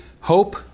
Hope